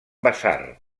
basar